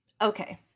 Okay